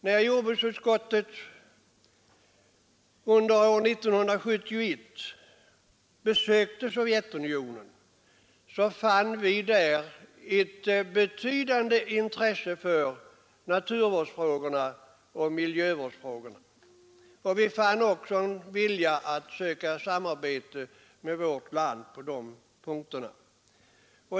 När jordbruksutskottet år 1971 besökte Sovjetunionen, fann vi där ett betydande intresse för naturvårdsoch miljövårdsfrågorna. Vi fann också en vilja att söka samarbete med vårt land på de punkterna.